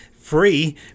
free